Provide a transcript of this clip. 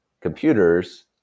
computers